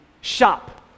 shop